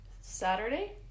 Saturday